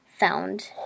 Found